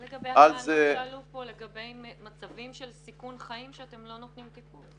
מה לגבי מצבים של סיכון חיים שאתם לא נותנים טיפול?